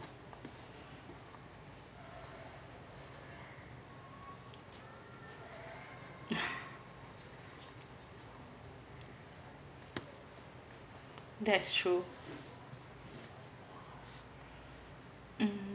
that's true hmm